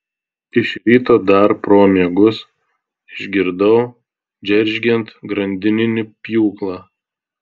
iš ryto dar pro miegus išgirdau džeržgiant grandininį pjūklą